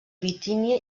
bitínia